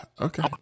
Okay